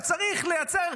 אתה צריך לייצר,